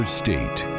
state